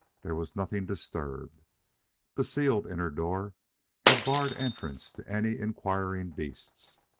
there was nothing disturbed the sealed inner door had barred entrance to any inquiring beasts.